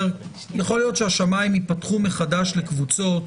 יכול להיות שהשמיים ייפתחו מחדש לקבוצות,